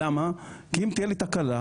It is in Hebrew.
כי אם תהיה לי תקלה,